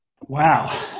Wow